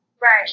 Right